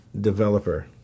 developer